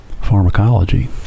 pharmacology